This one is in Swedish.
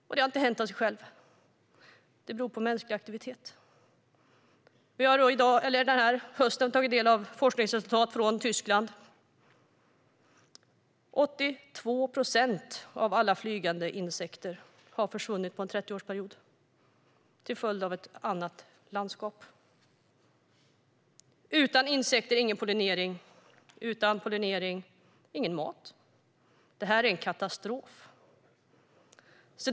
Och det har inte hänt av sig självt, utan det beror på mänsklig aktivitet. I höst har vi tagit del av forskningsresultat från Tyskland. 82 procent av alla flygande insekter har försvunnit under en 30-årsperiod till följd av ett annat landskap. Utan insekter, ingen pollinering - utan pollinering, ingen mat. Detta är en katastrof.